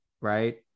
right